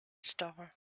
star